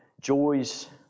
joys